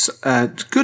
good